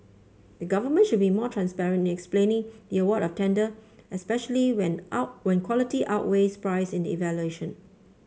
the government should be more transparent in explaining the award of tender especially when out when quality outweighs price evaluation